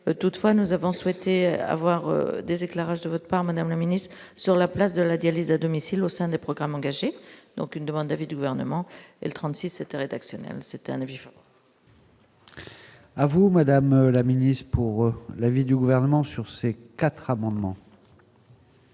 toutefois, nous avons souhaité avoir des éclairages de votre part Madame le Ministre, sur la place de la dialyse à domicile au sein des programmes engagés donc une demande d'avis du gouvernement, elle 36 rédactionnel, c'était un vif. à vous, Madame la Ministre, pour l'avis du gouvernement sur ces 4 amendements.